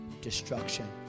destruction